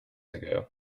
ago